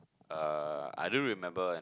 uh I do remember one